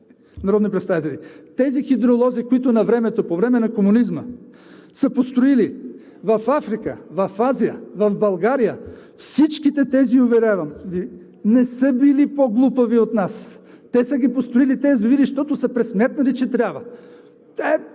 народни представители, тези хидролози, които навремето – по време на комунизма, са построили в Африка, в Азия, в България – всичките тези, уверявам Ви, не са били по-глупави от нас. Те са ги построили тези язовири, защото са пресметнали, че трябва.